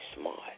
smart